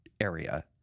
area